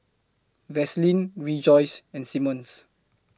Vaseline Rejoice and Simmons